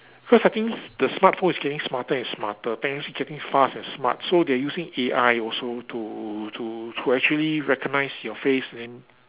cause I think the smartphone is getting smarter and smarter banks getting fast and smart so they are using A_I also to to to actually recognise your face and then